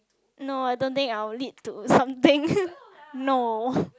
no I don't think I will lead to something no